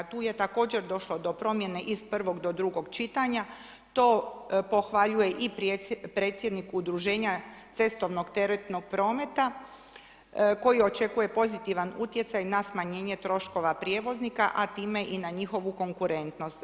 Tu je također došlo do promjene iz 1. do 2. čitanja, to pohvaljuje i predsjednik Udruženja cestovnog teretnog prometa koji očekuje pozitivan utjecaj na smanjenje troškova prijevoznika a time i na njihovu konkurentnost.